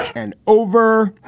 and over